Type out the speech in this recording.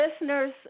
listeners